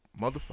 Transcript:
Motherfucker